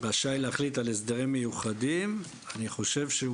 רשאי להחליט על הסדרים מיוחדים, אני חושב שהוא